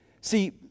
See